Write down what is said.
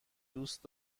دوست